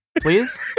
Please